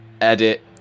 edit